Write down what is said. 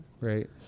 Right